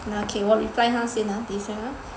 yeah okay 我 reply 他先哈等一下 ha